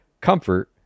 comfort